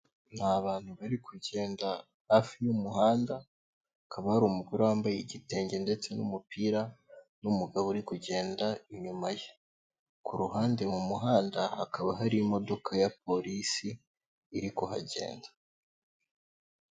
N'abantu bari kugenda hafi y'umuhanda, hakaba hari umugore wambaye igitenge ndetse n'umupira, n'umugabo uri kugenda inyuma ye, ku ruhande mu muhanda hakaba hari imodoka ya polisi iri kuhagenda.